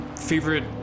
favorite